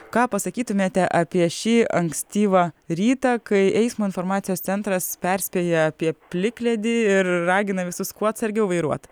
ką pasakytumėte apie šį ankstyvą rytą kai eismo informacijos centras perspėja apie plikledį ir ragina visus kuo atsargiau vairuot